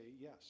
yes